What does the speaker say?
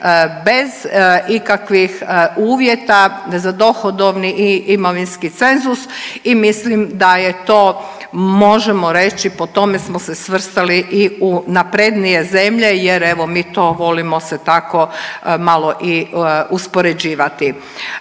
bez ikakvih uvjeta za dohodovni i imovinski cenzus i mislim da je to, možemo reći, po tome smo se svrstali i u naprednije zemlje jer evo mi to volimo se tako malo i uspoređivati.